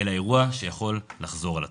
אלא אירוע שיכול לחזור על עצמו.